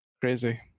crazy